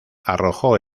arrojó